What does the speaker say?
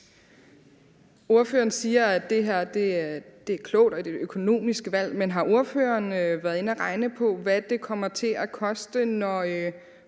Ordføreren siger, at det her er klogt og et økonomisk valg. Men har ordføreren været inde at regne på, hvad det kommer til at koste, når